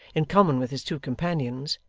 in common with his two companions,